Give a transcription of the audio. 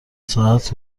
ساعت